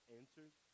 answers